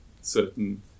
certain